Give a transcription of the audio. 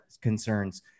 concerns